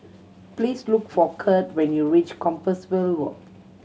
please look for Curt when you reach Compassvale Walk